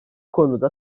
konuda